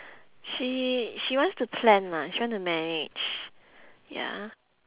she she wants to plan lah she want to manage ya